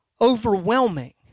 overwhelming